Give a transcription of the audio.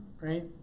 Right